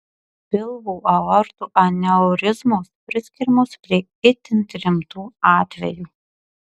pilvo aortų aneurizmos priskiriamos prie itin rimtų atvejų